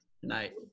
tonight